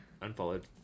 unfollowed